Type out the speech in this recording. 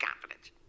confidence